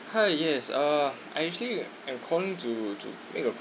hi yes uh I actually am calling to to make a